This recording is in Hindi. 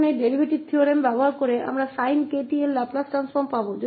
अब इस डेरीवेटिव प्रमेय का उपयोग करते हुए हम sin 𝑘𝑡 का लाप्लास रूपान्तरण पाएंगे